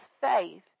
faith